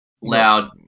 loud